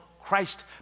Christ